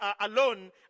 alone